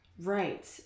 Right